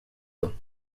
ans